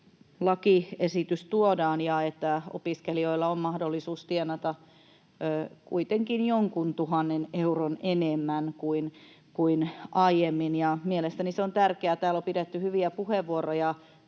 lakiesitys tuodaan ja että opiskelijoilla on mahdollisuus tienata kuitenkin jokunen tuhat euroa enemmän kuin aiemmin. Mielestäni se on tärkeää. Täällä on pidetty hyviä puheenvuoroja